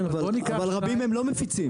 כן אבל רבים מהם לא מפיצים,